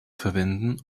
verwenden